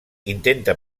intenta